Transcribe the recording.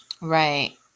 Right